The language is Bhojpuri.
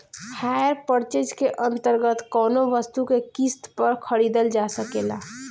हायर पर्चेज के अंतर्गत कौनो वस्तु के किस्त पर खरीदल जा सकेला